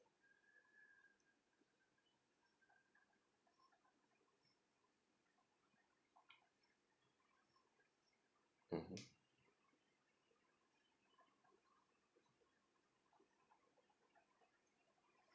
mmhmm